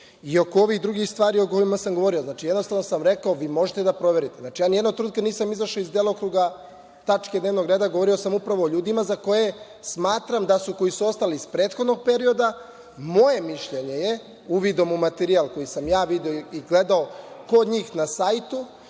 oko ovih drugih stvari o kojima sam govorio, jednostavno sam rekao – vi možete da proverite. Ja ni jednog trenutka nisam izašao iz delokruga tačke dnevnog reda, govorio sam upravo o ljudima za koje smatram da su, koji su ostali iz prethodnog perioda, moje mišljenje je, uvidom u materijal koji sam ja video i gledao kod njih na sajtu,